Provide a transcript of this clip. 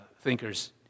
thinkers